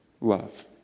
love